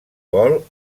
vol